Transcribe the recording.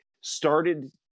started